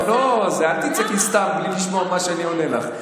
לא, אל תצעקי סתם בלי לשמוע את מה שאני עונה לך.